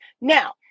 Now